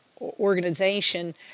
organization